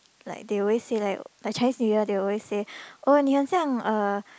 like they always say like like Chinese New Year they always say oh 你很像 uh